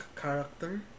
character